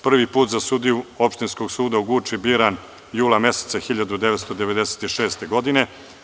Prvi put za sudiju Opštinskog suda u Guči biran je jula meseca 1996. godine.